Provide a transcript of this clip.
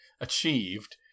achieved